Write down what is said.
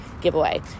giveaway